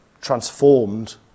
transformed